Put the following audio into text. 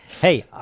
Hey